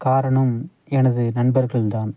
காரணம் எனது நண்பர்கள் தான்